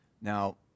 Now